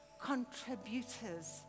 contributors